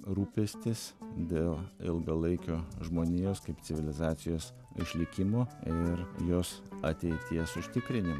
rūpestis dėl ilgalaikio žmonijos kaip civilizacijos išlikimo ir jos ateities užtikrinimo